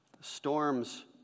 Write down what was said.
Storms